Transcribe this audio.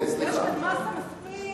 יש כאן מאסה מספיק